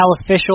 official